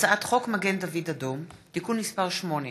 הצעת חוק מגן דוד אדום (תיקון מס' 8)